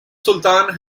sultan